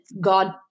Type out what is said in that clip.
God